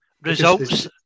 Results